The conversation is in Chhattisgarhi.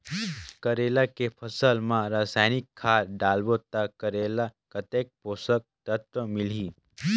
करेला के फसल मा रसायनिक खाद डालबो ता करेला कतेक पोषक तत्व मिलही?